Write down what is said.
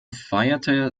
feierte